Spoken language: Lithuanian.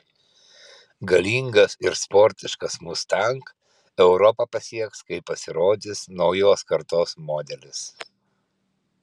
galingas ir sportiškas mustang europą pasieks kai pasirodys naujos kartos modelis